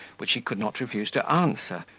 which he could not refuse to answer,